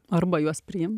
arba juos priimti